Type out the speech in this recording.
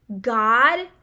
God